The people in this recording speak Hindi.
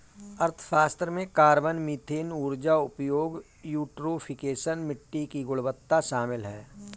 अर्थशास्त्र में कार्बन, मीथेन ऊर्जा उपयोग, यूट्रोफिकेशन, मिट्टी की गुणवत्ता शामिल है